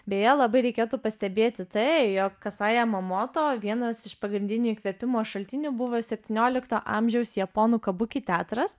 beje labai reikėtų pastebėti tai jog kasaja momoto vienas iš pagrindinių įkvėpimų šaltinių buvo septyniolikto amžiaus japonų kabuki teatras